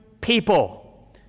people